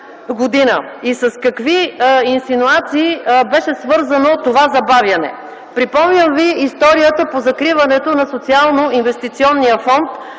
и с какви инсинуации беше свързано това забавяне? Припомням Ви историята по закриването на Социално-инвестиционния фонд,